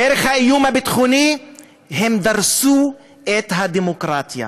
דרך האיום הביטחוני הם דרסו את הדמוקרטיה.